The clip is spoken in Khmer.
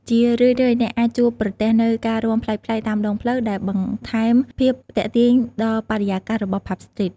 ជារឿយៗ អ្នកអាចជួបប្រទះនូវ ការសម្ដែងប្លែកៗតាមដងផ្លូវ ដែលបន្ថែមភាពទាក់ទាញដល់បរិយាកាសរបស់ ផាប់ ស្ទ្រីត ។